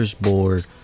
board